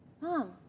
Mom